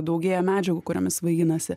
daugėja medžiagų kuriomis svaiginasi